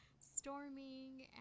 storming